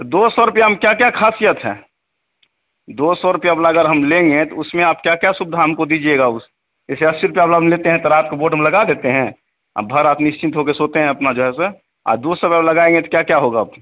तो दो सौ रूपये क्या क्या ख़ासियत है दो सौ रूपये वाला अगर हम लेंगे तो उसमें आप क्या क्या सुविधा हमको दीजिएगा उस जैसे अस्सी रूपये वल हम लेते हैं तो रात को बोर्ड में लगा देते हैं अब हर रात निश्चिंत होकर सोते हैं अपना जो है से और दो सौ वाला लगाएँगे तो क्या क्या होगा अब